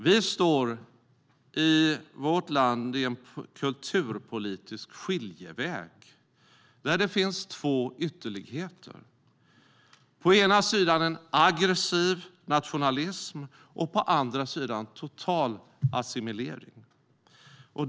Vi står i vårt land vid en kulturpolitisk skiljeväg där det finns två ytterligheter: på ena sidan en aggressiv nationalism och på andra sidan total assimilering.